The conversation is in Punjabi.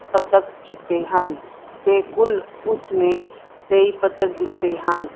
ਪਦਕ ਜਿੱਤੇ ਹਨ ਅਤੇ ਕੁੱਲ ਉਸ ਨੇ ਤੇਈ ਪਦਕ ਜਿੱਤੇ ਹਨ